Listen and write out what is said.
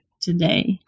today